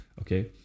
Okay